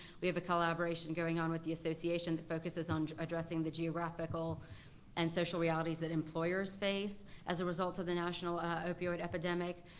we have a collaboration going on with the association that focuses on addressing the geographical and social realities that employers face as result of the national opioid epidemic.